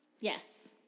Yes